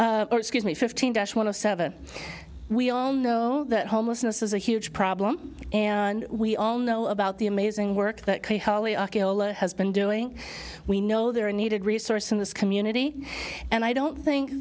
give me fifteen dash one of seven we all know that homelessness is a huge problem and we all know about the amazing work that has been doing we know there are needed resources in this community and i don't